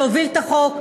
שהוביל את החוק,